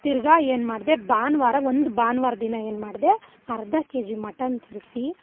ತಿರ್ಗಾ ಏನು ಮಾಡಿದೆ ಭಾನ್ವಾರ ಒಂದು ಭಾನ್ವಾರ ದಿನ ಏನು ಮಾಡಿದೆ ಅರ್ಧ ಕೆಜಿ ಮಟನ್ ತರಿಸಿ